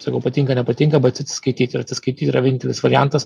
sakau patinka nepatinka bet atsiskaityt ir atsiskaityt yra vienintelis variantas